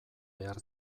behar